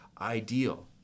ideal